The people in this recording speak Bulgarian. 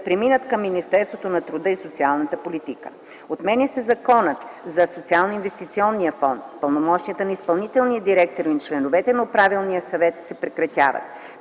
преминат към Министерството на труда и социалната политика. Отменя се Законът за Социалноинвестиционния фонд. Пълномощията на изпълнителния директор и на членовете на Управителния съвет се прекратяват.